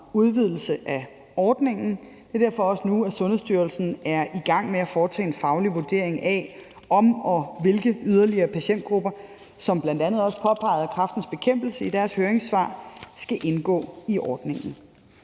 udvidelse af ordningen. Det er også derfor, at Sundhedsstyrelsen nu er i gang med at foretage en faglig vurdering af, om og hvilke yderligere patientgrupper – som bl.a. også påpeget af Kræftens Bekæmpelse i deres høringssvar – skal indgå i ordningen.